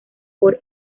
por